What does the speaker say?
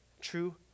true